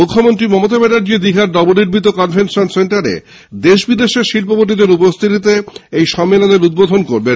মুখ্যমন্ত্রী মমতা ব্যানর্জি দীঘায় নবনির্মিত কনভেনশন সেন্টারে দেশ বিদেশের শিল্পপতিদের উপস্থিতিতে ঐ সম্মেলনের উদ্বোধন করবেন